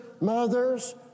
mothers